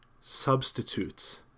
substitutes